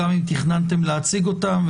גם אם תכננתם להציג אותם,